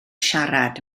siarad